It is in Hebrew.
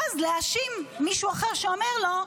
ואז להאשים מישהו אחר שאומר לו: